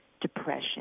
depression